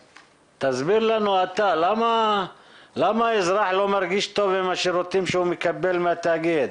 תסביר לנו אתה למה האזרח לא מרגיש טוב עם השירותים שהוא מקבל מהתאגיד?